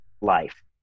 life